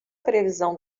previsão